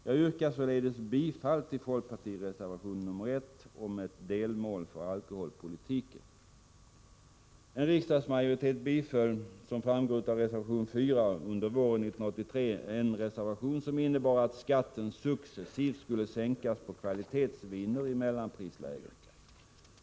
Jag yrkar således bifall till folkpartireservationen nr 1 om ett delmål för alkoholpolitiken. En riksdagsmajoritet biföll — som framgår av reservation 4 — under våren 1983 en reservation som innebar att skatten successivt skulle sänkas på kvalitetsviner i mellanprislägen.